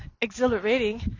exhilarating